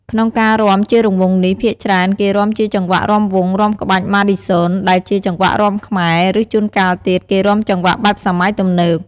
ក្នុងការរាំជារង្វង់នេះ ភាគច្រើនគេរាំជាចង្វាក់រាំវង់ រាំក្បាច់ ម៉ាឌីហ្សុន ដែលជាចង្វាក់រាំខ្មែរ ឬ ជួនកាលទៀត គេរាំចង្វាក់បែបសម័យទំនើប។